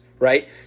Right